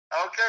Okay